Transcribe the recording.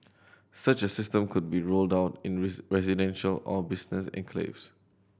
such a system could be rolled out in residential or business enclaves